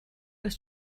ist